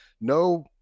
no